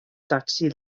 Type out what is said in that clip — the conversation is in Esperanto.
taksi